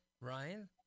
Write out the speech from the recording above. Ryan